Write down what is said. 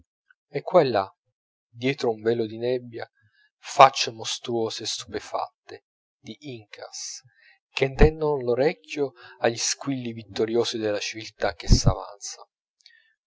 là dietro un velo di nebbia faccie mostruose e stupefatte di incas che tendon l'orecchio agli squilli vittoriosi della civiltà che s'avanza